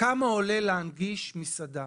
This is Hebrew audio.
כמה עולה להנגיש מסעדה,